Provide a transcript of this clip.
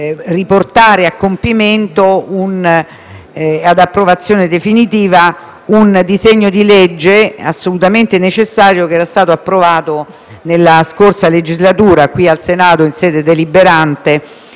riportare a compimento e all'approvazione definitiva un disegno di legge assolutamente necessario, che era stato approvato nella scorsa legislatura, qui in Senato in sede deliberante